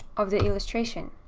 of the illustration.